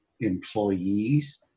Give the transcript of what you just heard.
employees